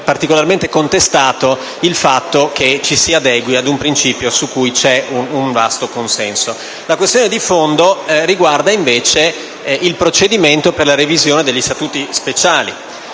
particolarmente contestato il fatto che ci si adegui ad un principio su cui c'è un vasto consenso. La questione di fondo riguarda il procedimento di revisione degli Statuti speciali.